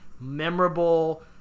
memorable